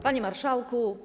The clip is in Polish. Panie Marszałku!